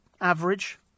average